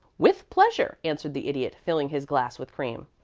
with pleasure, answered the idiot, filling his glass with cream.